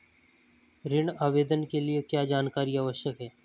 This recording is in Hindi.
ऋण आवेदन के लिए क्या जानकारी आवश्यक है?